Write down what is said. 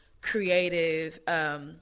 creative